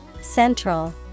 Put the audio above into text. Central